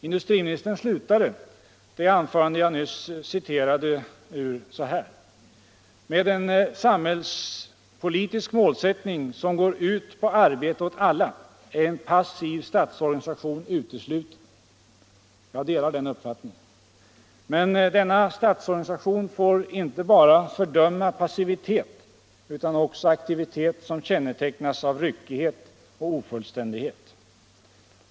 Industriministern slutade det anförande jag nyss citerade ur så här: ”Med en samhällspolitisk målsättning som går ut på arbete åt alla är en passiv statsorganisation utesluten.” Jag delar den uppfattningen. Men denna statsorganisation måste fördöma inte bara passivitet utan också aktivitet som kännetecknas av ryckighet och ofullständighet.